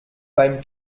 beim